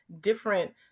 different